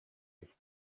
sich